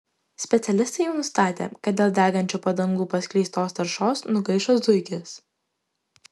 specialistai jau nustatė kad dėl degančių padangų paskleistos taršos nugaišo zuikis